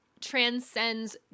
transcends